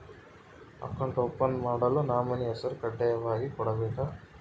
Account open ಮಾಡಲು nominee ಹೆಸರು ಕಡ್ಡಾಯವಾಗಿ ಕೊಡಬೇಕಾ?